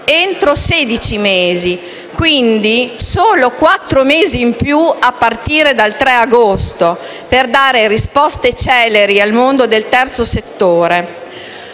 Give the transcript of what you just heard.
tratta, quindi, di solo quattro mesi in più a partire dal 3 agosto per dare risposte celeri al mondo del terzo settore.